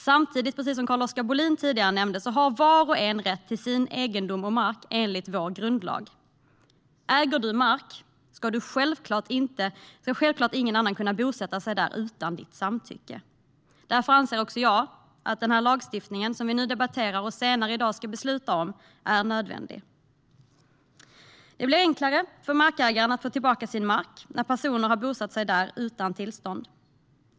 Samtidigt, precis som Carl-Oskar Bohlin tidigare nämnde, har var och en rätt till sin egendom och mark enligt vår grundlag. Äger du mark ska självklart ingen annan kunna bosätta sig där utan ditt samtycke. Därför anser också jag att den lagstiftning vi nu debatterar och senare i dag ska besluta om är nödvändig. Det kommer att bli enklare för markägaren att få tillbaka sin mark när personer har bosatt sig där utan tillstånd.